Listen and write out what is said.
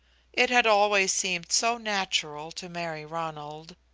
it had always seemed so natural to marry ronald.